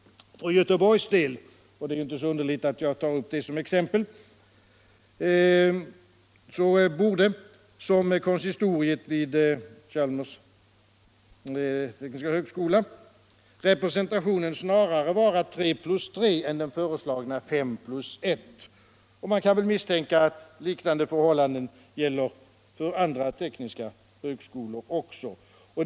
För Göteborgs del — det är ju inte så underligt att jag tar det som exempel — borde, som konsistoriet vid Chalmers tekniska högskola säger, representationen snarare vara tre plus tre än den föreslagna fem plus en. Man kan väl misstänka att liknande förhållanden gäller för andra tekniska högskolor.